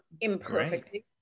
imperfectly